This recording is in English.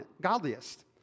godliest